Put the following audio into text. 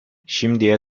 şimdiye